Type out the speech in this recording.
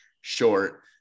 short